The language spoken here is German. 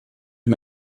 dem